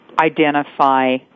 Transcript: identify